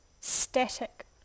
static